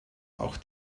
auch